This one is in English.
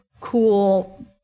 cool